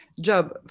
job